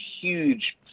huge